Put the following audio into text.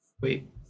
Wait